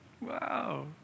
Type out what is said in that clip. Wow